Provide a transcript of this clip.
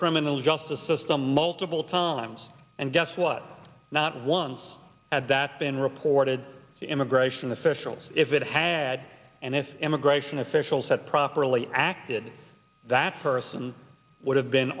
criminal justice system multiple times and guess what not once had that been reported to immigration officials if it had and if immigration officials had properly acted that person would have been